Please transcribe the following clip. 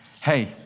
hey